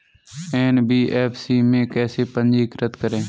NBFC में कैसे पंजीकृत करें?